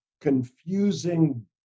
confusing